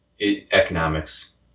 economics